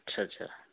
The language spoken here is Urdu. اچھا اچھا